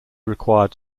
required